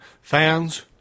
Fans